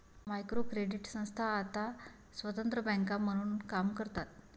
micro credit संस्था आता स्वतंत्र बँका म्हणून काम करतात